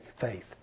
faith